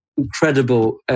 incredible